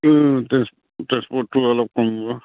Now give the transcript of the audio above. ট্ৰেঞ্চপৰ্টটো অলপ কমিব